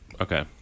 okay